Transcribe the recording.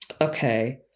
okay